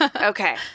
Okay